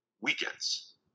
weekends